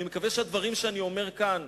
אני מקווה שהדברים שאני אומר כאן,